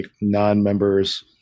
non-members